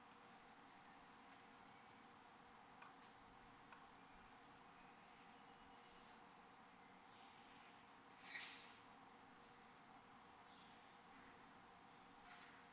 okay uh you're askimg